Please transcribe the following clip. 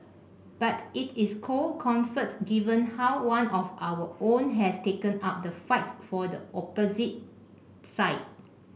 but it is cold comfort given how one of our own has taken up the fight for the opposite side